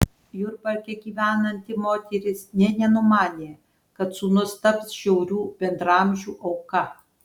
jurbarke gyvenanti moteris nė nenumanė kad sūnus taps žiaurių bendraamžių auka